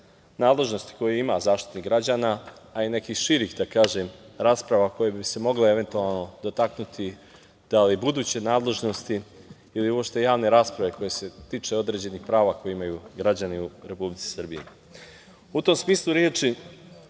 nadležnosti koje ima Zaštitnik građana, a i nekih širih rasprava koje bi se mogle eventualno dotaknuti, da li buduće nadležnosti ili uopšte javne rasprave koja se tiče određenih prava koje imaju građani u Republici Srbiji.U tom smislu reči,